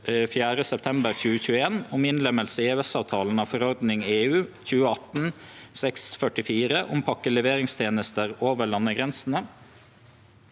24. september 2021 om innlemmelse i EØS-avtalen av forordning (EU) 2018/644 om pakkeleveringstjenester over landegrensene